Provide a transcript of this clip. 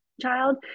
child